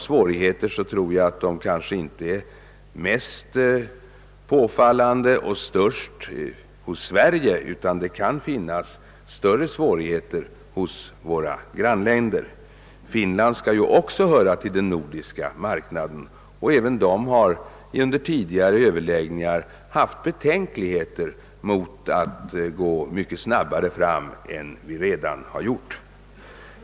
Svårigheterna är kanske inte mest påfallande och störst för Sverige utan de är större för våra grannländer. Finland skall ju också höra till den nordiska marknaden, och även detta land har under tidigare överläggningar hyst betänkligheter mot att gå fram snabbare än vi redan gjort.